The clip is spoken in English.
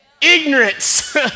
ignorance